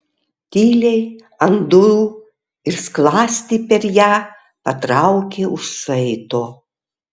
tyliai ant durų ir skląstį per ją patraukė už saito